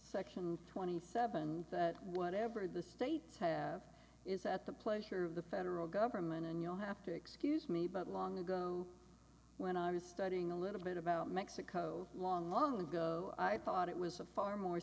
section twenty seven whatever the states have is at the pleasure of the federal government and you'll have to excuse me but long ago when i was studying a little bit about mexico long long ago i thought it was a far more